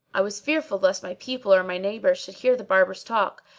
i was fearful lest my people or my neighbours should hear the barber's talk,